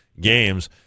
games